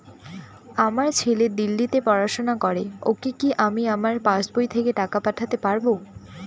আমার ছেলে দিল্লীতে পড়াশোনা করে ওকে কি আমি আমার পাসবই থেকে টাকা পাঠাতে পারব?